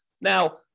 Now